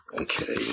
Okay